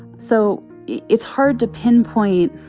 so it's hard to pinpoint,